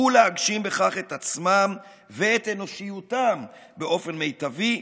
ולהגשים בכך את עצמם ואת אנושיותם באופן מיטבי.